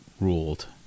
ruled